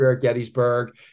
Gettysburg